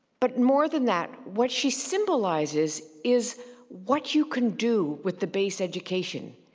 but more than that, what she symbolizes is what you can do with the base education.